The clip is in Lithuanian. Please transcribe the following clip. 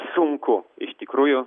sunku iš tikrųjų